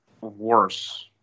worse